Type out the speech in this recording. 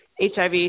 HIV